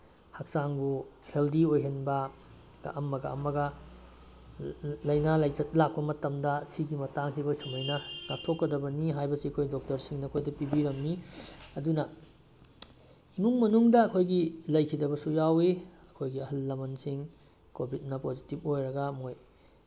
ꯍꯛꯆꯥꯡꯕꯨ ꯍꯦꯜꯗꯤ ꯑꯣꯏꯍꯟꯕ ꯑꯃꯒ ꯑꯃꯒ ꯂꯥꯏꯅꯥ ꯂꯥꯏꯆꯠ ꯂꯥꯛꯄ ꯃꯇꯝꯗ ꯁꯤꯒꯤ ꯃꯇꯥꯡꯁꯦ ꯑꯩꯈꯣꯏ ꯁꯨꯃꯥꯏꯅ ꯉꯥꯛꯊꯣꯛꯀꯗꯕꯅꯤ ꯍꯥꯏꯕꯁꯤ ꯑꯩꯈꯣꯏ ꯗꯣꯛꯇꯔꯁꯤꯡꯅ ꯑꯩꯈꯣꯏꯗ ꯄꯤꯕꯤꯔꯝꯃꯤ ꯑꯗꯨꯅ ꯏꯃꯨꯡ ꯃꯅꯨꯡꯗ ꯑꯩꯈꯣꯏꯒꯤ ꯂꯩꯈꯤꯗꯕꯁꯨ ꯌꯥꯎꯋꯤ ꯑꯩꯈꯣꯏꯒꯤ ꯑꯍꯜ ꯂꯃꯟꯁꯤꯡ ꯀꯣꯚꯤꯠꯅ ꯄꯤꯖꯤꯇꯤꯞ ꯑꯣꯏꯔꯒ ꯃꯣꯏ